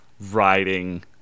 riding